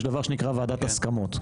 יש דבר שנקרא ועדת הסכמות.